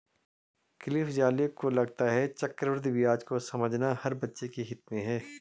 Cliff Zale को लगता है चक्रवृद्धि ब्याज को समझना हर बच्चे के हित में है